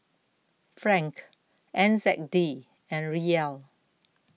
Franc N Z D and Riel